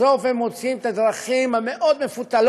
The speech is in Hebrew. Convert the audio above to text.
בסוף הם מוצאים את הדרכים המאוד-מפותלות